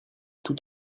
tout